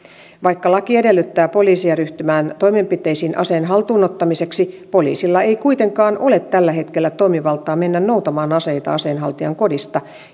vaikka laki edellyttää poliisia ryhtymään toimenpiteisiin aseen haltuun ottamiseksi poliisilla ei kuitenkaan ole tällä hetkellä toimivaltaa mennä noutamaan aseita aseenhaltijan kodista